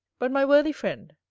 but, my worthy friend,